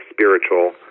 spiritual